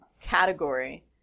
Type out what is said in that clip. category